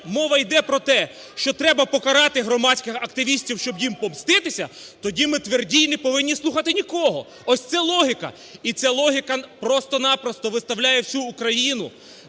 мова йде про те, що треба покарати громадських активістів, щоб їм помститися, тоді ми тверді і не повинні слухати нікого. Ось це логіка. І це логіка просто-напросто виставляє всю Україну,